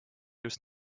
just